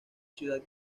ciudad